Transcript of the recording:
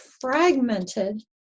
fragmented